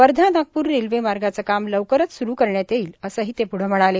वर्धा नागपूर रेल्वेमार्गाचे काम लवकरच स्रु करण्यात येईल असेही ते प्ढ म्हणाले